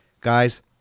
guys